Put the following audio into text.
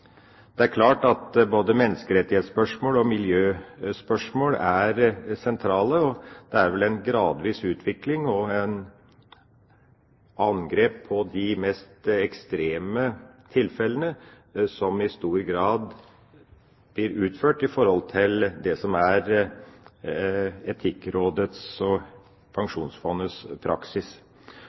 Det er klart at både menneskerettighetsspørsmål og miljøspørsmål er sentrale. Det er vel en gradvis utvikling og et angrep på de mest ekstreme tilfellene, som i stor grad blir utført i forhold til det som er Etikkrådets og Pensjonsfondets praksis.